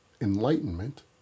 enlightenment